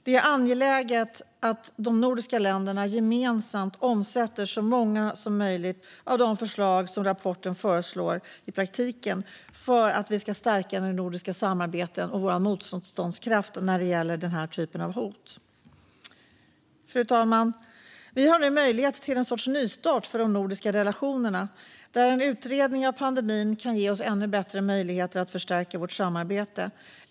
Det är angeläget att de nordiska länderna gemensamt omsätter så många som möjligt av rapportens förslag i praktiken för att vi ska stärka det nordiska samarbetet och vår motståndskraft när det gäller denna typ av hot. Fru talman! Vi har nu möjlighet till en sorts nystart för de nordiska relationerna, där en utredning av pandemin kan ge oss ännu bättre möjligheter att förstärka vårt samarbete.